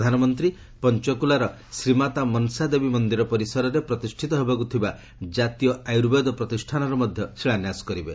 ପ୍ରଧାନମନ୍ତ୍ରୀ ପଞ୍ଚକ୍ରଲାର ଶ୍ରୀମାତା ମନ୍ସା ଦେବୀ ମନ୍ଦିର ପରିସରରେ ପ୍ରତିଷ୍ଠିତ ହେବାକ୍ ଥିବା ଜାତୀୟ ଆୟୁର୍ବେଦ ପ୍ରତିଷ୍ଠାନର ମଧ୍ୟ ଶିଳାନ୍ୟାସ କରିବେ